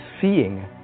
seeing